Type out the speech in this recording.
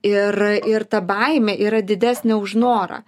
ir ir ta baimė yra didesnė už norą